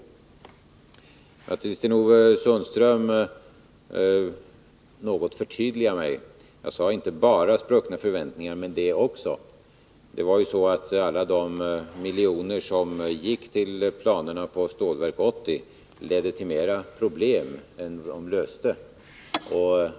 Jag vill för Sten-Ove Sundström förtydliga vad jag sade. Jag sade ”spruckna förväntningar”, men inte bara det. Det var så att alla de miljoner som gick till planerna på Stålverk 80 ledde till mera problem än de löste.